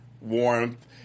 warmth